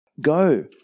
Go